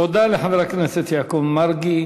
תודה לחבר הכנסת יעקב מרגי.